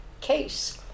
case